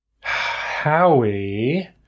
Howie